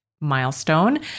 milestone